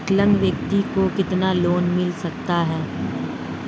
विकलांग व्यक्ति को कितना लोंन मिल सकता है?